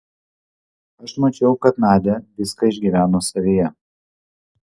aš mačiau kad nadia viską išgyveno savyje